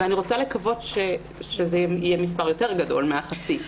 אני רוצה לקוות שזה יהיה מספר גדול יותר מהתקציב.